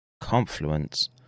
confluence